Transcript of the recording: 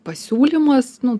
pasiūlymas nu